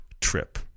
trip